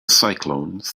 cyclones